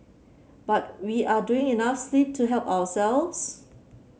but we are doing enough sleep to help ourselves